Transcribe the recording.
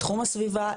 בתחום הסביבה,